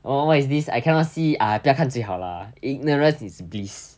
oh what is this I cannot see ah 不要看就好 lah ignorance is bliss